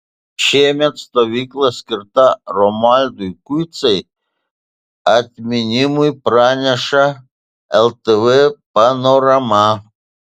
šiemet stovykla skirta romualdui kuncai atminimui praneša ltv panorama